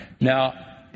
Now